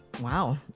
Wow